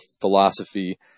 philosophy